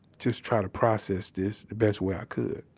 just try to process this the best way i could